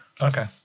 Okay